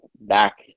back